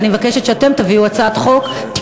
ואני מבקשת שאתם תביאו תיקון לחוק.